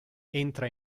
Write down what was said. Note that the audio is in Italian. entra